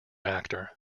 actor